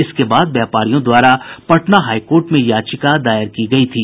इसके बाद व्यापारियों द्वारा पटना हाई कोर्ट में याचिका दायर की गयी थी